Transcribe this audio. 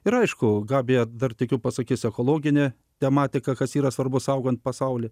ir aišku gabija dar tikiu pasakys ekologinė tematika kas yra svarbus saugant pasaulį